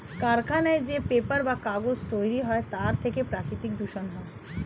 কলকারখানায় যে পেপার বা কাগজ তৈরি হয় তার থেকে প্রাকৃতিক দূষণ হয়